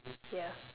ya